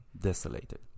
desolated